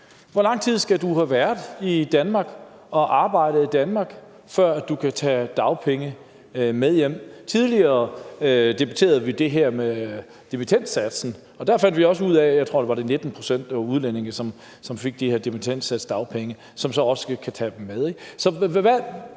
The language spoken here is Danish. Hvor lang tid skal du have været i Danmark og arbejdet i Danmark, før du kan tage dagpenge med hjem? Tidligere debatterede vi det her med dimittendsatsen, og der fandt vi også ud af, at det var 19 pct., tror jeg, af dem, som fik de her dagpenge på dimittendsats, der var